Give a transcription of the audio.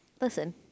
Listen